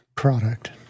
product